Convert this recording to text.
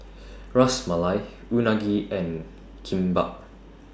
Ras Malai Unagi and Kimbap